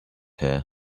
her